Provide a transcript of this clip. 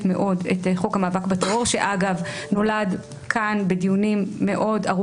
מאוד את חוק המאבק בטרור שנולד כאן בדיונים ארוכים,